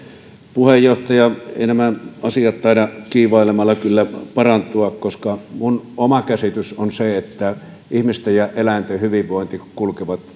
puheenjohtaja eivät nämä asiat taida kiivailemalla parantua minun oma käsitykseni on se että ihmisten ja eläinten hyvinvointi kulkevat